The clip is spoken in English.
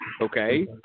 Okay